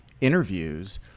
interviews